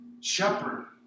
shepherd